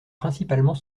principalement